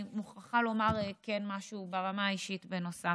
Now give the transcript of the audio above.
אני מוכרחה לומר גם משהו ברמה האישית, בנוסף.